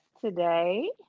today